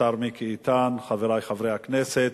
השר מיקי איתן, חברי חברי הכנסת,